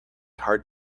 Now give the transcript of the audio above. hard